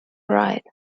right